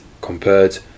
compared